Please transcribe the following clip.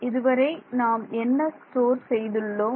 இதுவரை நாம் என்ன ஸ்டோர் செய்துள்ளோம்